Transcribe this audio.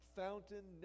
fountain